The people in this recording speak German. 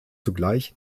zugleich